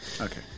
Okay